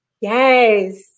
Yes